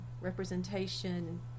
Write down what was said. representation